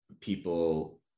people